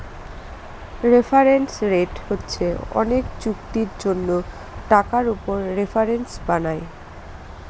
reference rate হচ্ছে অনেক চুক্তির জন্য টাকার উপর রেফারেন্স বানায়